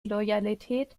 loyalität